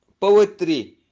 poetry